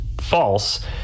false